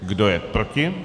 Kdo je proti?